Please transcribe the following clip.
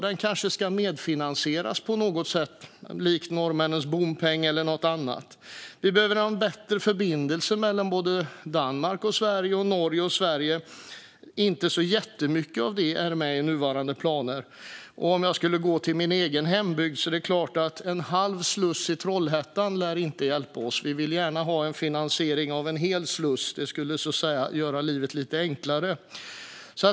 Den kanske ska medfinansieras på något sätt, likt norrmännens bompeng eller något annat. Vi behöver också ha en bättre förbindelse mellan såväl Danmark och Sverige som Norge och Sverige. Inte så jättemycket av detta är med i nuvarande planer. Om jag skulle gå till min egen hembygd är det klart att en halv sluss i Trollhättan inte lär hjälpa oss. Vi vill gärna ha en finansiering av en hel sluss - det skulle göra livet lite enklare.